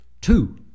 two